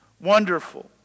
Wonderful